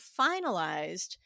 finalized